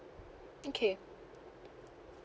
okay